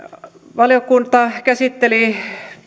valiokunta käsitteli